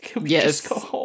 Yes